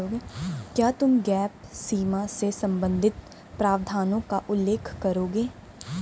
क्या तुम गैप सीमा से संबंधित प्रावधानों का उल्लेख करोगे?